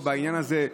בעניין הזה,